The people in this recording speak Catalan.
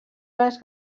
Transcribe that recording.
les